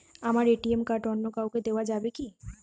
আমার ATM card অন্য কাউকে দেওয়া যাবে কি?